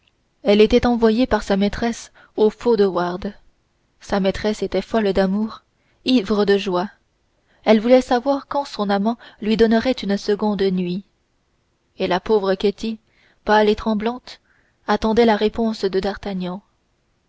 elle était envoyée par sa maîtresse au faux de wardes sa maîtresse était folle d'amour ivre de joie elle voulait savoir quand le comte lui donnerait une seconde entrevue et la pauvre ketty pâle et tremblante attendait la réponse de d'artagnan